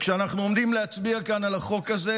כשאנחנו עומדים להצביע כאן על החוק הזה,